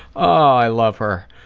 i love her!